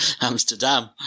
Amsterdam